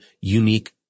unique